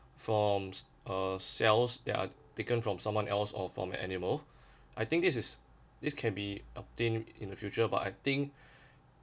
from uh cells they are taken from someone else or from animal I think this is this can be obtained in the future but I think